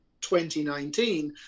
2019